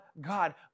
God